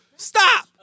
Stop